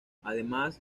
además